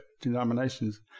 denominations